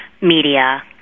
media